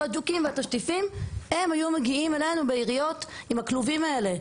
כל הג'וקים --- הם היו מגיעים אלינו בעיריות עם הכלובים האלה.